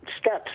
steps